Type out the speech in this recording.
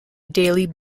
daily